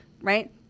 right